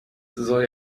soll